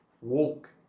walk